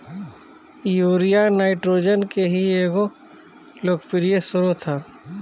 urea nitrogen के ही एगो लोकप्रिय स्रोत ह